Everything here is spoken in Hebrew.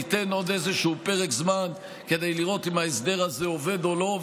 ניתן עוד איזשהו פרק זמן כדי לראות אם ההסדר הזה עובד או לא,